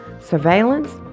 surveillance